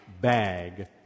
bag